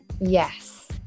yes